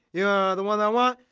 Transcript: yeah the one i want.